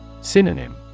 Synonym